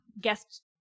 guest